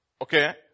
Okay